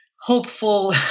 hopeful